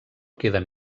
queden